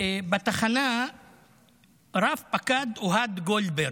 בתחנה רב-פקד אוהד גולדברג,